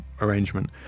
arrangement